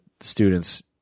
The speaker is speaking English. students